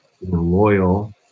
loyal